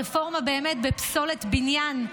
הרפורמה בפסולת בניין,